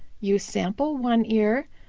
you sample one ear,